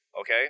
okay